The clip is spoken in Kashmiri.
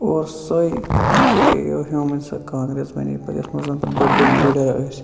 اور سۄے اے او ہیومٕنۍ سۄ کانٛگریٚس بَنے پَتہٕ یتھ مَنٛز پَتہٕ بٔڈۍ بٔڈۍ لیٖڈَر ٲسۍ